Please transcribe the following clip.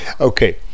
Okay